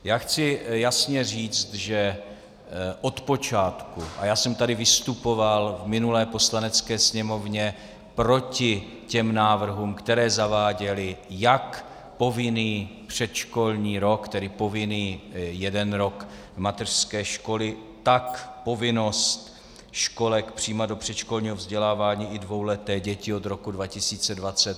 Já chci jasně říct, že od počátku a já jsem tady vystupoval v minulé Poslanecké sněmovně proti návrhům, které zaváděly jak povinný předškolní rok, tedy povinný jeden rok mateřské školy, tak povinnost školek přijímat do předškolního vzdělávání i dvouleté děti od roku 2020.